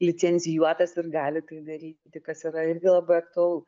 licencijuotas ir gali tai daryti kas yra irgi labai aktualu